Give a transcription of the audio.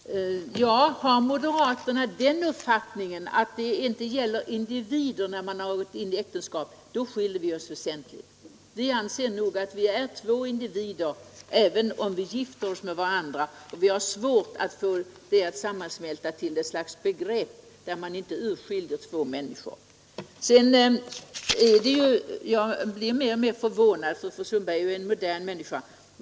Herr talman! Har moderaterna den uppfattningen att det inte längre gäller individer när man ingått äktenskap, skiljer vi oss väsentligt. Vi anser nog att två människor som gifter sig med varandra fortfarande är individer. Vi har svårt att inse att två människor som gifter sig med varandra sammansmälts till något slags begrepp där man inte längre urskiljer två individer. Jag blir mer och mer förvånad, för fru Sundberg är ju en modern människa.